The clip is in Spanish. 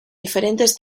diferentes